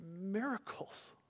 miracles